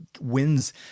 wins